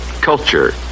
culture